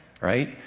right